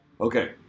Okay